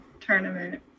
tournament